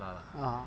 ah